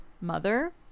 mother